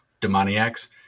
demoniacs